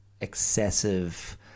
excessive